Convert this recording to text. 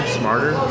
smarter